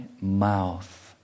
mouth